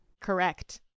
Correct